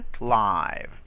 live